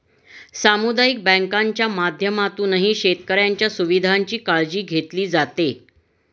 सामुदायिक बँकांच्या माध्यमातूनही शेतकऱ्यांच्या सुविधांची काळजी घेतली जाते